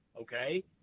okay